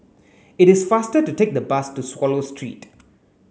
it is faster to take the bus to Swallow Street